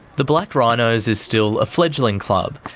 the black rhinos is still a fledgling club.